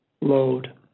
load